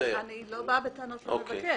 אני לא באה בטענות למבקש.